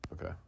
Okay